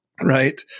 right